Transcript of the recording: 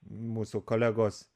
mūsų kolegos